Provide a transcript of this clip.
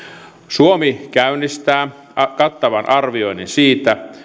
suomi käynnistää kattavan arvioinnin siitä